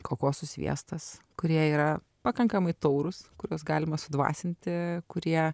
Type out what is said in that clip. kokosų sviestas kurie yra pakankamai taurūs kuriuos galima sudvasinti kurie